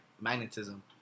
magnetism